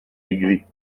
aigris